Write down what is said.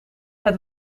het